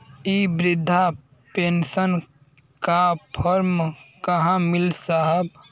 इ बृधा पेनसन का फर्म कहाँ मिली साहब?